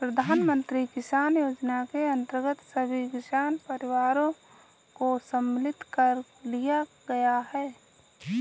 प्रधानमंत्री किसान योजना के अंतर्गत सभी किसान परिवारों को सम्मिलित कर लिया गया है